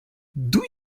did